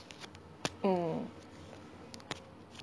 mm